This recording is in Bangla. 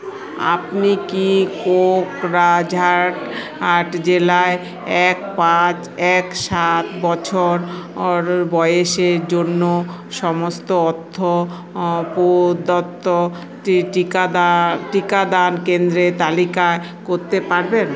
আপনি কি কোকরাঝাড় জেলায় এক পাঁচ এক সাত বছর বয়সের জন্য সমস্ত অর্থ প্রদত্ত টিকাদান টিকাদান কেন্দ্রের তালিকা করতে পারবেন